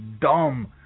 dumb